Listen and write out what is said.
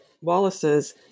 Wallace's